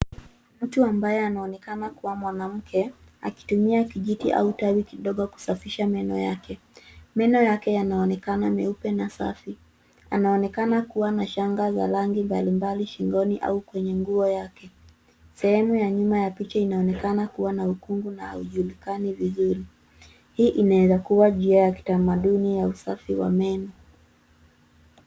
Mtu ambaye anaonekana kuwa mwanamke akitumia kijiti au tawi kidogo kusafisha meno yake. Meno yake yanaonekana meupe na safi. Anaonekana kuwa na shanga za rangi mbalimbali shingoni au kwenye nguo yake. Sehemu ya nyuma ya picha inaonekana kuwa na ukungu na haujulikani vixmzuri. Hii inaweza kuwa njia ya kitamaduni ya usafi wa meno.